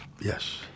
Yes